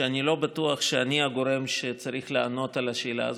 שאני לא בטוח שאני הגורם שצריך לענות על השאלה הזאת,